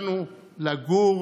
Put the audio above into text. לא מניפים את דגל